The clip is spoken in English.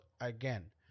Again